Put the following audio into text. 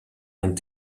and